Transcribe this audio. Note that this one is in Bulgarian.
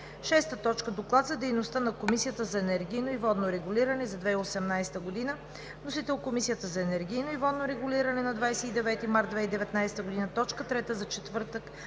2019 г. 6. Доклад за дейността на Комисията за енергийно и водно регулиране за 2018 г. Вносител: Комисията за енергийно и водно регулиране на 29 март 2019 г. – точка трета за четвъртък,